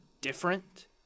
different